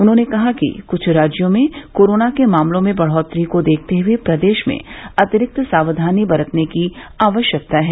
उन्होंने कहा कि क्छ राज्यों में कोरोना के मामलों में बढ़ोत्तरी को देखते हुए प्रदेश में अतिरिक्त सावधानी बरतने की आवश्यकता है